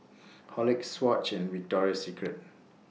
Horlicks Swatch and Victoria Secret